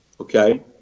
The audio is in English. okay